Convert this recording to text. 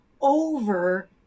over